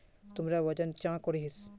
तुमरा वजन चाँ करोहिस?